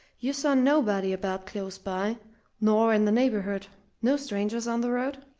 you saw nobody about close by nor in the neighbourhood no strangers on the road?